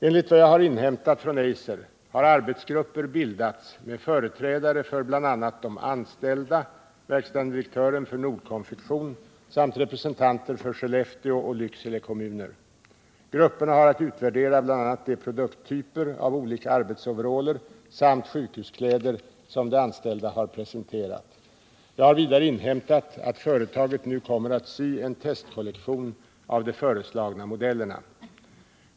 Enligt vad jag har inhämtat från Eiser har arbetsgrupper bildats med företrädare för bl.a. de anställda, verkställande direktören för Nord Konfektion samt representanter för Skellefteå och Lycksele kommuner. Grupperna har att utvärdera bl.a. de produkttyper av olika arbetsoveraller samt sjukhuskläder som de anställda har presenterat. Jag har vidare inhämtat att företaget nu kommer att sy en testkollektion av de föreslagna modellerna.